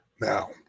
Now